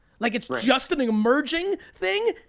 like it's just an emerging thing,